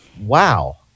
wow